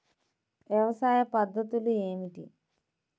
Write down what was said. వ్యవసాయ పద్ధతులు ఏమిటి?